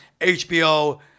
HBO